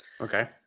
Okay